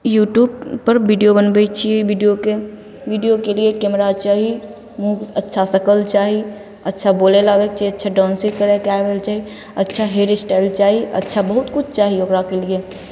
यूट्यूबपर वीडिओ बनबै छिए वीडिओके वीडिओके लिए कैमरा चाही अच्छा शकल चाही अच्छा बोलै ले आबै ले चाही अच्छा डान्स करैके आबै ले चाही अच्छा हेअर एस्टाइल चाही अच्छा बहुत किछु चाही ओकराके लिए